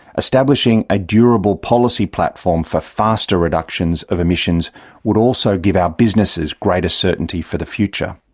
establishing a durable policy platform for faster reductions of emissions would also give our businesses greater certainty for the future.